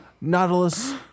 Nautilus